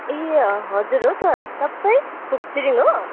ए ह हजुर हो त तपाईँ फुपछिरिङ हो